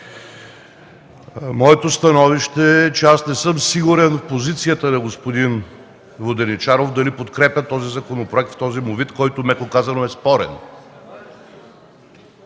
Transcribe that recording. Моето становище е, че аз не съм сигурен в позицията на господин Воденичаров дали подкрепя този законопроект в този му вид, който меко казано е спорен.